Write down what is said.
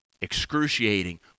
excruciating